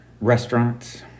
restaurants